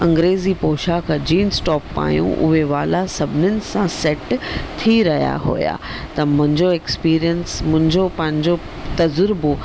अंग्रेज़ी पोशाक jeans top पायूं उहे वाला सभिनीनि सां सैट थी रहिया हुआ त मुंहिंजो ऐक्सपिरिएंस मुंहिंजो पंहिंजो तज़ुर्बो